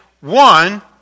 one